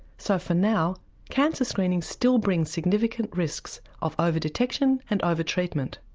so for now cancer screening still brings significant risks of over-detection and over-treatment.